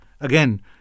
Again